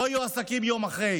לא יהיו עסקים יום אחרי,